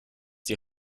die